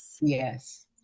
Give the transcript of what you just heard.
Yes